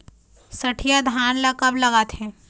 सठिया धान ला कब लगाथें?